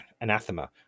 anathema